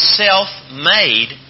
self-made